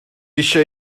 eisiau